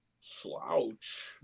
slouch